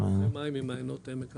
זה מים ממעיינות עמק המעיינות,